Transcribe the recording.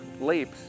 leaps